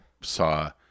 saw